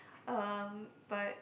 uh but